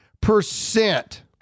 percent